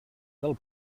del